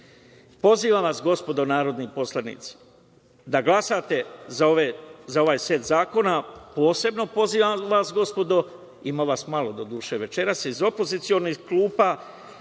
pozivam vas, gospodo narodni poslanici, da glasate za ovaj set zakona. Posebno pozivam vas, gospodo, ima vas malo doduše večeras, iz opozicionih klupa